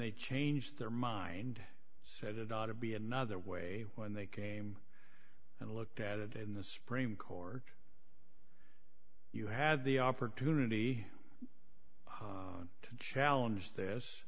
they changed their mind said it ought to be another way when they came and looked at it in the supreme court you had the opportunity to challenge this